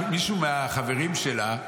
רגע, מישהו מהחברים שלה,